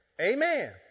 amen